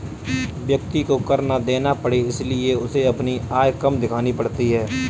व्यक्ति को कर ना देना पड़े इसलिए उसे अपनी आय कम दिखानी पड़ती है